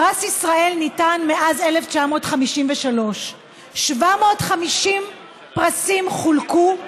פרס ישראל ניתן מאז 1953. 750 פרסים חולקו,